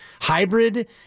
hybrid